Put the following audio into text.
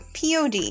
POD